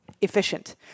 efficient